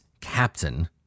captain